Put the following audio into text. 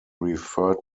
referred